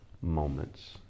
moments